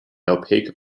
opaque